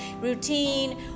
routine